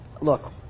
Look